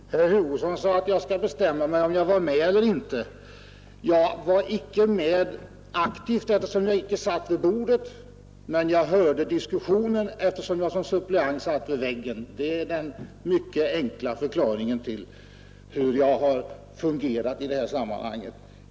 Herr talman! Herr Hugosson sade att jag måste bestämma mig för om jag var med i utskottet eller inte. Jag var inte med aktivt, eftersom jag inte satt vid bordet, men jag hörde diskussionen eftersom jag som suppleant satt vid väggen. Det är den enkla förklaringen till hur jag har medverkat i utskottet.